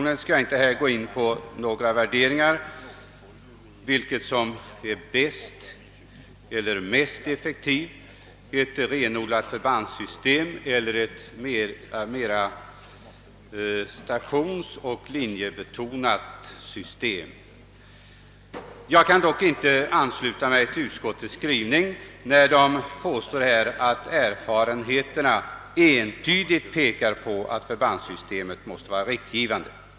Jag skall inte här göra några värderingar av, om ett renodlat förbandssystem eller ett mera stationsoch linjebetonat system är den bästa utbildningsmetoden. Jag kan dock inte ansluta mig till utskottets skrivning där man påstår att erfarenheterna entydigt pekar på att förbandssystemet måste vara riktgivande.